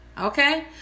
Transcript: okay